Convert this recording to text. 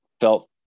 felt